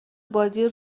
بازی